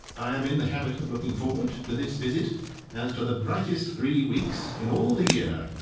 i am in the habit of looking forward to this visit as to the brightest three weeks in all the year.